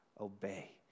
obey